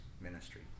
ministry